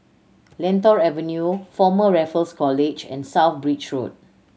Lentor Avenue Former Raffles College and South Bridge Road